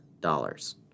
dollars